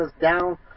down